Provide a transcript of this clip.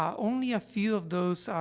um only a few of those, ah,